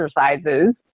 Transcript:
exercises